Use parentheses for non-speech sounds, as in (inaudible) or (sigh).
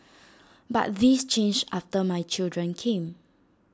(noise) but this changed after my children came